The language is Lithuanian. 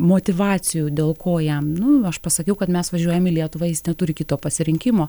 motyvacijų dėl ko jam nu aš pasakiau kad mes važiuojam į lietuvą jis neturi kito pasirinkimo